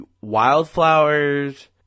wildflowers